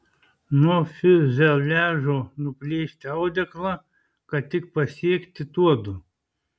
nuo fiuzeliažo nuplėšti audeklą kad tik pasiekti tuodu